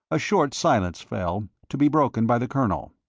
a short silence fell, to be broken by the colonel.